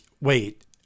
wait